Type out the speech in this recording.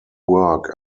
work